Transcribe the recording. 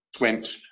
went